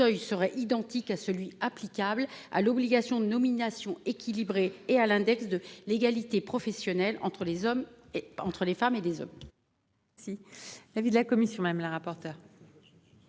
serait identique à celui applicable à l'obligation de nominations équilibrées et à l'index de l'égalité professionnelle entre les hommes et entre les femmes et les hommes. Si l'avis de la commission, madame la rapporteure.